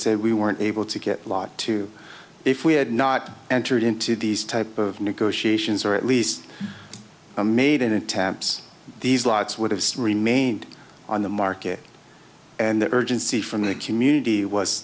said we weren't able to get a lot too if we had not entered into these type of negotiations or at least a made in attempts these lights would have remained on the market and the urgency from the community was